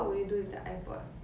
would you leave it